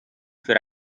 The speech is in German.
für